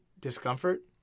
discomfort